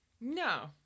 No